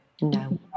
no